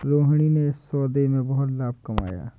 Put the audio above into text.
रोहिणी ने इस सौदे में बहुत लाभ कमाया